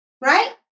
right